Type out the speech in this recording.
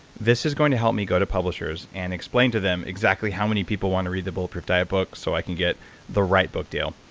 this is going to help me go to publishers and explain to them exactly how many people want to read the bulletproof diet book so i can get the right book deal.